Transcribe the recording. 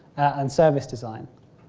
and service design.